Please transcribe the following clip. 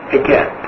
again